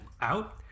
out